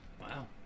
Wow